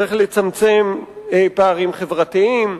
צריך לצמצם פערים חברתיים,